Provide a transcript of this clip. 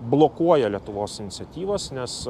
blokuoja lietuvos iniciatyvas nes